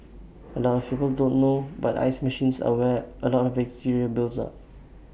A lot of people don't know but ice machines are where A lot of bacteria builds up